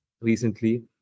recently